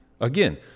Again